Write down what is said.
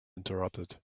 interrupted